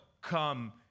come